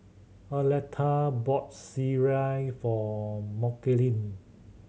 Arletta bought sireh for Mckinley